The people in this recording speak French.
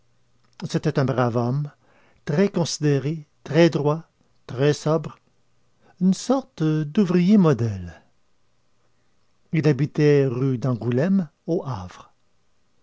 c'était un brave homme très considéré très droit très sobre une sorte d'ouvrier modèle il habitait rue d'angoulême au havre